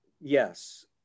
Yes